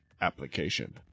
application